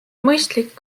mõistlik